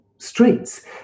streets